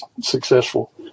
successful